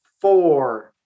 four